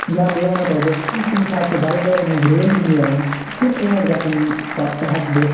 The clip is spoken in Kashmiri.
یا بیٚیہِ وَنو تۄہہِ بہٕ کُنہِ ساتہٕ چھِ بایکٲرزَن ہٕنٛز ریلی نیران تِم اِویٚنٹ گَژھَن ہیٚکہٕ بہٕ